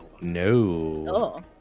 No